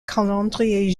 calendrier